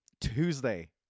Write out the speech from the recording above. Tuesday